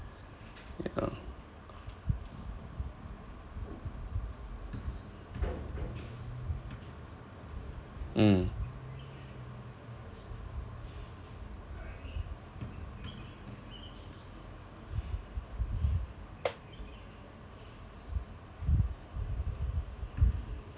yeah mm